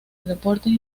reportes